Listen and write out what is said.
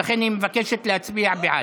ולכן היא מבקשת להצביע בעד,